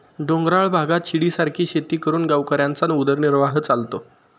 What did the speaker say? डोंगराळ भागात शिडीसारखी शेती करून गावकऱ्यांचा उदरनिर्वाह चालतो